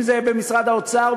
אם במשרד האוצר,